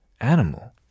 animal